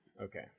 Okay